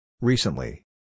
recently